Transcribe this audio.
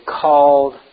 called